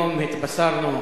היום התבשרנו